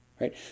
Right